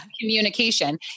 communication